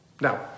Now